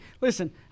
listen